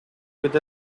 with